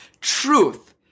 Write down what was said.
Truth